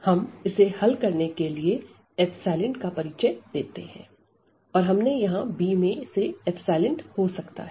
हम इसे हल करने के लिए का परिचय देते हैं और हमने यहां b में से हो सकता है